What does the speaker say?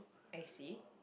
I see